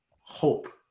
hope